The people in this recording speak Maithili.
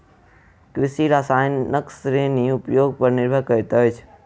कृषि रसायनक श्रेणी उपयोग पर निर्भर करैत अछि